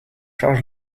charge